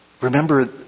Remember